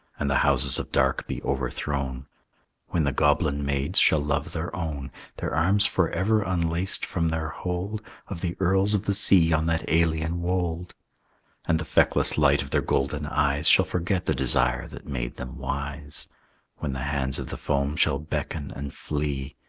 and the houses of dark be overthrown when the goblin maids shall love their own their arms forever unlaced from their hold of the earls of the sea on that alien wold and the feckless light of their golden eyes shall forget the desire that made them wise when the hands of the foam shall beckon and flee.